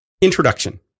introduction